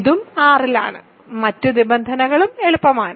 ഇതും R ലാണ് മറ്റ് നിബന്ധനകളും എളുപ്പമാണ്